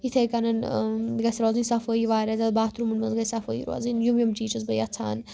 یِتھاے کَن گَژھہ روزٕنۍ صفٲی واریاہ زیادٕ باتھرومن منٛز گَژھہ صفٲی روزٕنۍ یِم یِم چیز چھس بہٕ یژھان